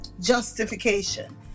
justification